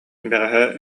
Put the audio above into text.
бэҕэһээ